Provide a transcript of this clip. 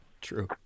True